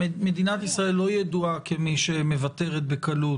מדינת ישראל לא ידועה כמי שמוותרת בקלות